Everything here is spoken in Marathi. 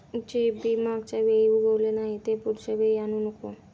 जे बी मागच्या वेळी उगवले नाही, ते पुढच्या वेळी आणू नको